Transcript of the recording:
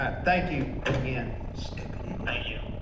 ah thank you again. stupid idiot. thank you.